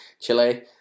chile